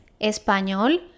español